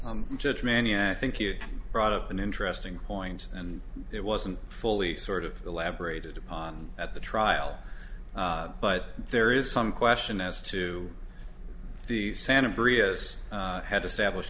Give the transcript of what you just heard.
some judge manuf think you brought up an interesting point and it wasn't fully sort of elaborated on at the trial but there is some question as to the santa bria has had established